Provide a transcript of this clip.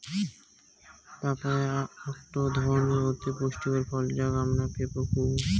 papaya আকটো ধরণের অতি পুষ্টিকর ফল যাকে আমরা পেঁপে কুহ